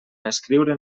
escriure